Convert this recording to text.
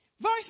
Verse